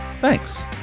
Thanks